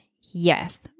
Yes